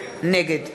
נגד